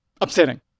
Upsetting